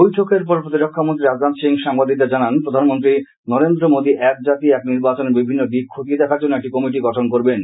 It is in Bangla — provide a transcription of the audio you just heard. বৈঠকের পর প্রতিরক্ষামন্ত্রী রাজনাথ সিং সাংবাদিকদের জানান প্রধানমন্ত্রী নরেন্দ্র মোদি একজাতি এক নির্বাচনের বিভিন্ন দিক খতিয়ে দেখার জন্য একটি কমিটি গঠন করবেন